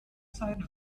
zeit